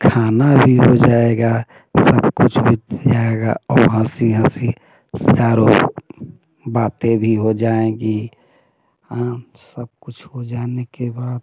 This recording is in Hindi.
खाना भी हो जाएगा सब कुछ जाएगा और हंसी हंसी चार बातें भी हो जाएंगी सब कुछ हो जाने के बाद